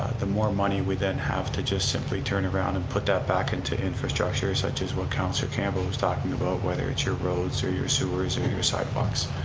the more money we then have to just simply turn around and put that back into infrastructure such as what councilor campbell is talking about whether its your roads or your sewers or your your sidewalks.